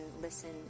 listen